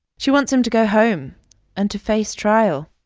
she wants him to go home and to face trial.